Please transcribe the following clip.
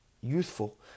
youthful